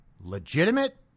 legitimate